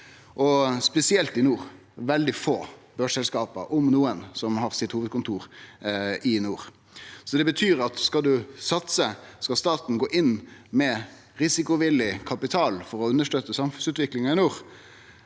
spesielt i nord. Det er veldig få børsselskap, om nokon, som har sitt hovudkontor i nord. Det betyr at skal ein satse, skal staten gå inn med risikovillig kapital for å understøtte samfunnsutviklinga i nord,